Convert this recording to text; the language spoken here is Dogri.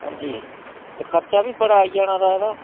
अंजी ते खर्चा बी बड़ा आई जाना तां एह्दा